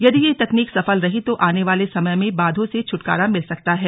यदि यह तकनीक सफल रही तो आने वाले समय में बांधों से छुटकारा मिल सकता है